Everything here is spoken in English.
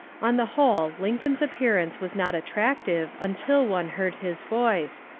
on the whole lincoln's appearance was not attractive until one heard his voice,